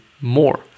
more